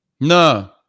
no